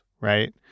right